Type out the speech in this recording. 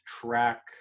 track